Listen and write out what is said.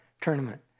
tournament